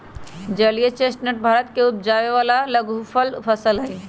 जलीय चेस्टनट भारत में उपजावे वाला लघुफल फसल हई